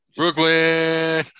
Brooklyn